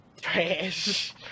trash